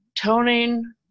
toning